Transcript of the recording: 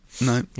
no